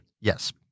Yes